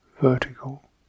Vertical